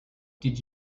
did